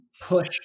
push